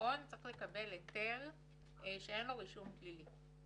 במעון צריך לקבל היתר שאין לו רישום פלילי.